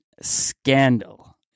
scandal